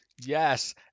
Yes